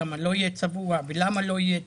כמה לא יהיה צבוע ולמה לא יהיה צבוע?